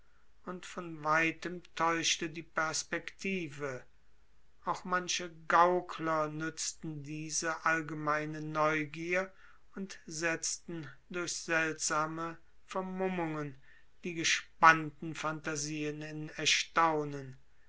und von weitem täuschte die perspektive auch manche gaukler nützten diese allgemeine neugier und setzten durch seltsame vermummungen die gespannten phantasien in erstaunen